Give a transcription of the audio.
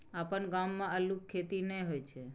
अपन गाम मे अल्लुक खेती नहि होए छै